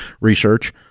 research